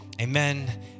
amen